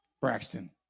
Braxton